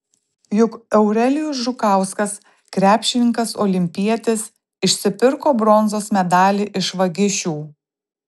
juk eurelijus žukauskas krepšininkas olimpietis išsipirko bronzos medalį iš vagišių